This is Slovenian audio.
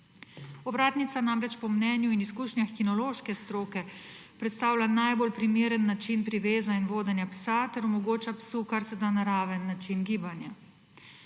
Ovratnica namreč po mnenju in izkušnjah kinološke stroke predstavlja najbolj primeren način priveza in vodenja psa ter omogoča psu karseda naraven način gibanja.